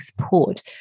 support